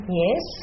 yes